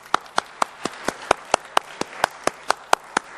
(מחיאות כפיים)